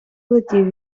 летів